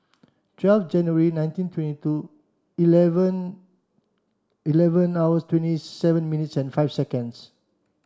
twelve January nineteen twenty two eleven eleven hours twenty seven minutes and five seconds